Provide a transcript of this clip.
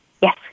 Yes